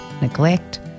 neglect